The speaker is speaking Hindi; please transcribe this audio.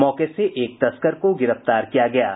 मौके से एक तस्कर को गिरफ्तार किया गया है